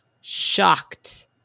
shocked